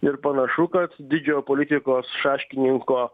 ir panašu kad didžiojo politikos šaškininko